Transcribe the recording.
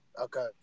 Okay